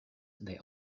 they